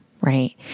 right